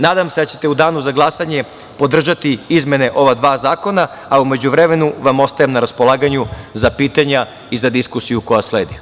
Nadam se da ćete u danu za glasanje podržati izmene ova dva zakona, a u međuvremenu vam ostajem na raspolaganju za pitanja i za diskusiju koja sledi.